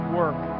work